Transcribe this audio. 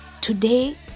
Today